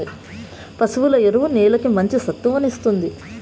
పశువుల ఎరువు నేలకి మంచి సత్తువను ఇస్తుంది